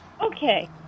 Okay